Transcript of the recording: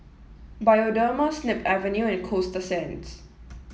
Bioderma Snip Avenue and Coasta Sands